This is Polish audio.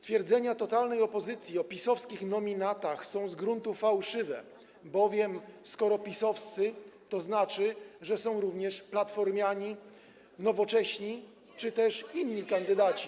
Twierdzenia totalnej opozycji o PiS-owskich nominatach są z gruntu fałszywe, bowiem skoro są PiS-owcy, to znaczy, że są również platformiani, nowocześni czy też inni kandydaci.